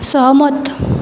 सहमत